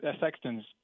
Sexton's